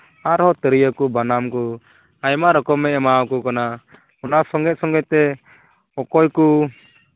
ᱟᱨᱦᱚᱸ ᱛᱤᱨᱭᱳ ᱠᱚ ᱵᱟᱱᱟᱢ ᱠᱚ ᱟᱭᱢᱟ ᱨᱚᱠᱚᱢᱮ ᱮᱢᱟ ᱠᱚ ᱠᱟᱱᱟ ᱚᱱᱟ ᱥᱚᱸᱜᱮ ᱥᱚᱸᱜᱮᱛᱮ ᱚᱠᱚᱭ ᱠᱚ